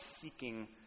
seeking